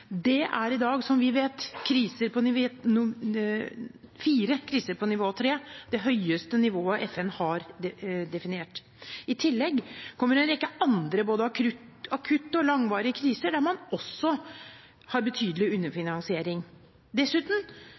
Det er i dag, som vi vet, fire kriser på nivå 3 – det høyeste nivået FN har definert. I tillegg kommer en rekke andre både akutte og langvarige kriser der man også har en betydelig underfinansiering. Dessuten: